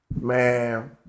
Man